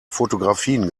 fotografien